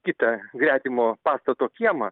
kitą gretimo pastato kiemą